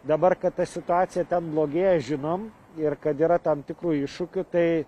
dabar kad ta situacija ten blogėja žinom ir kad yra tam tikrų iššūkių tai